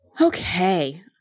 Okay